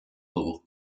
dugu